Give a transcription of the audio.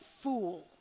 fool